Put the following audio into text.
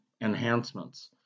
enhancements